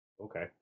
Okay